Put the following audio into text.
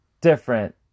Different